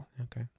Okay